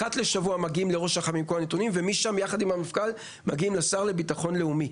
אחת לשבוע מגיעים לראש אח״מ עם הנתונים ומשם מגיעים לשר לביטחון לאומי.